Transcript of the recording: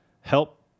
help